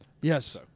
Yes